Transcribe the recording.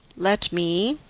let me,